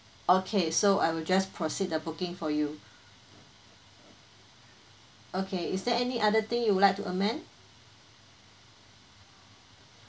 okay so I will just proceed the booking for you okay is there any other thing you would like to amend